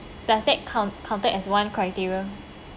does that count counted as one criteria